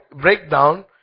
breakdown